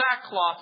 sackcloth